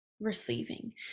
receiving